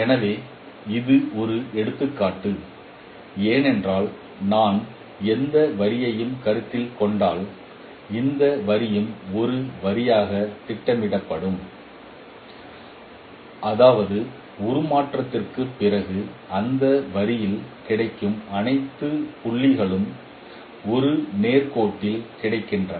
எனவே இது ஒரு எடுத்துக்காட்டு ஏனென்றால் நான் எந்த வரியையும் கருத்தில் கொண்டால் இந்த வரியும் ஒரு வரியாக திட்டமிடப்படும் அதாவது உருமாற்றத்திற்குப் பிறகு அந்த வரியில் கிடக்கும் அனைத்து புள்ளிகளும் ஒரு நேர் கோட்டில் கிடக்கின்றன